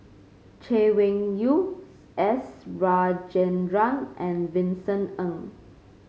Chay Weng Yew S Rajendran and Vincent Ng